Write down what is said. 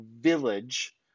Village